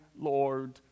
Lord